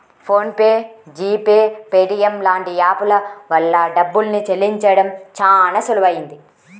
phone pay, G pay, Paytm లాంటి app ల వల్ల డబ్బుల్ని చెల్లించడం చానా సులువయ్యింది